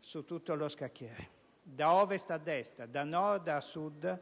su tutto lo scacchiere. Da Ovest a Est, da Nord a Sud,